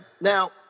Now